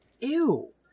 ew